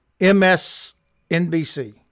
MSNBC